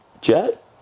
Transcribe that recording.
Jet